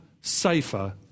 safer